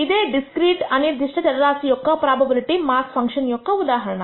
ఇదే డిస్క్రీట్ అనిర్దిష్ట చరరాశి యొక్క ప్రోబబిలిటీ మాస్ ఫంక్షన్ యొక్క ఉదాహరణ